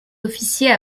officiers